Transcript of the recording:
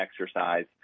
exercise